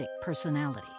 personality